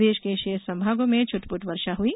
प्रदेश के शेष संभागों में छटपुट वर्षा हुई